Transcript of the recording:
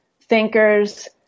thinkers